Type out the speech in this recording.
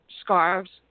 scarves